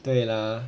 对 lah